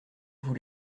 vous